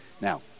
now